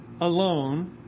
alone